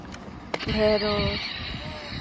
ᱰᱷᱮᱬᱚᱥ